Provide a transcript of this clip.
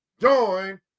Join